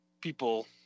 people